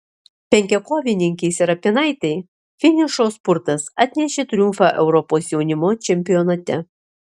penkiakovininkei serapinaitei finišo spurtas atnešė triumfą europos jaunimo čempionate